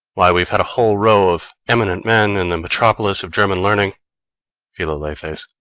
why, we've had a whole row of eminent men in the metropolis of german learning philalethes.